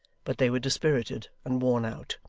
but they were dispirited and worn out.